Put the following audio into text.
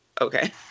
okay